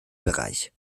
bereich